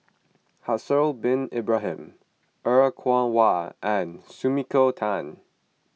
Haslir Bin Ibrahim Er Kwong Wah and Sumiko Tan